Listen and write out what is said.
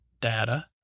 data